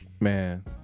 man